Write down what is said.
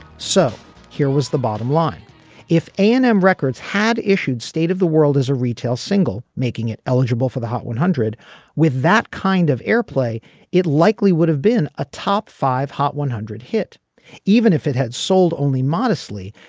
so here was the bottom line if an um records had issued state of the world as a retail single making it eligible for the hot one hundred with that kind of airplay it likely would have been a top five hot one hundred hit even if it had sold only modestly.